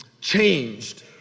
changed